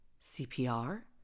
CPR